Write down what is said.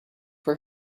for